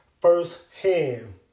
firsthand